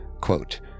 Quote